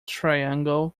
triangle